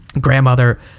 Grandmother